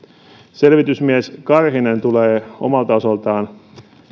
selvitysmies karhinen tulee omalta osaltaan